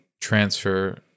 transfer